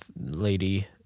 lady